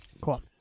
Cool